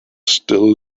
still